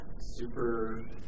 Super